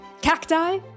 Cacti